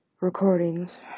recordings